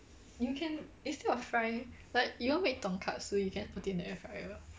you can instead of frying like you want to make tonkatsu you can put it in the air fryer